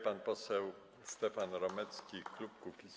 Pan poseł Stefan Romecki, klub Kukiz’15.